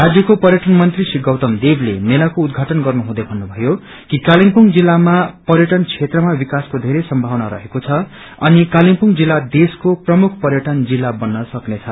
राज्यको पर्यटन मंत्री श्री गौतम देवले मेलाको उद्घाटन गर्नु हुँदै भन्नुभयो कि कालेबुङ जिल्लामा पर्यटन क्षेत्रमा विकासको धेरै संभावना रहेको छ अनि कालेबुङ जिल्ला देशको प्रमुख पर्यटन जिल्ला बन्न सक्नेछ